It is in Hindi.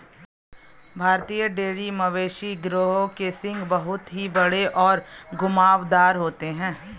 भारतीय डेयरी मवेशी गिरोह के सींग बहुत ही बड़े और घुमावदार होते हैं